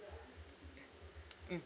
mm